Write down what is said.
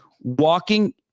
walking